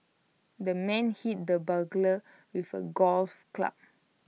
the man hit the burglar with A golf club